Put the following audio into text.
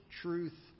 truth